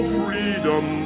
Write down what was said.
freedom